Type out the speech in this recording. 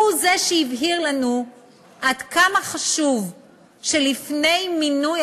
הוא זה שהבהיר לנו עד כמה חשוב שלפני מינוי